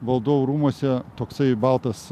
valdovų rūmuose toksai baltas